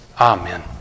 Amen